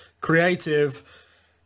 creative